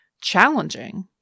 challenging